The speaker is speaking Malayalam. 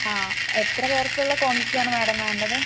അ എത്രപേർക്കുള്ള ക്വാണ്ടിറ്റി ആണ് മാഡം വേണ്ടത്